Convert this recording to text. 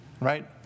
Right